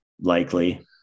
Likely